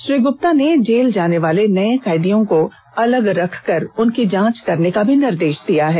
श्री ग्रप्ता ने जेल जाने वाले नये कैदियों को अलग रखकर उनकी जांच करने का भी निर्देष दिया है